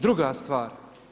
Druga stvar.